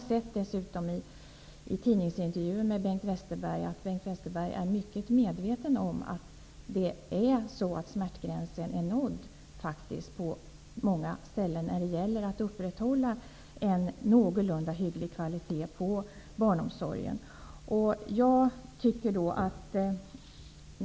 Jag har dessutom sett att Bengt Westerberg, det framgår av tidningsintervjuer, är mycket medveten om att man på många ställen faktiskt har nått smärtgränsen när det gäller att upprätthålla en någorlunda hygglig kvalitet på barnomsorgen.